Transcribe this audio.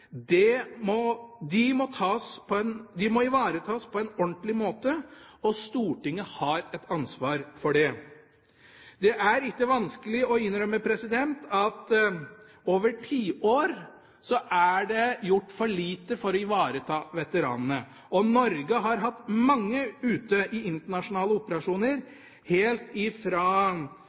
De må ivaretas på en ordentlig måte, og Stortinget har et ansvar for det. Det er ikke vanskelig å innrømme at det over tiår er gjort for lite for å ivareta veteranene. Norge har hatt mange ute i internasjonale operasjoner, helt